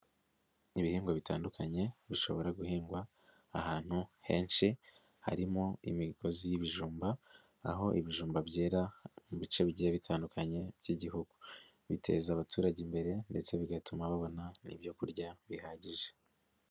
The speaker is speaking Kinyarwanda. Ibihingwa bitandukanye bishobora guhingwa ahantu henshi harimo imigozi y'ibijumba, aho ibijumba byera mu bice bigiye bitandukanye by'Igihugu, biteza abaturage imbere ndetse bigatuma babona ibyo kurya bihagije.